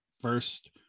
first